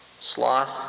Sloth